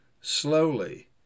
slowly